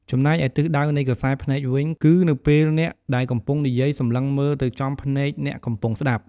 ចំណែកឯ ទិសដៅនៃក្រសែភ្នែកវិញ គឺនៅពេលអ្នកដែលកំពុងនិយាយសម្លឹងមើលទៅចំភ្នែកអ្នកកំពុងស្តាប់។